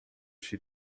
she